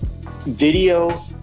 video